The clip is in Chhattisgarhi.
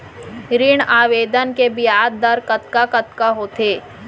ऋण आवेदन के ब्याज दर कतका कतका होथे?